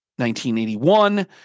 1981